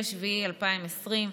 5 ביולי 2020,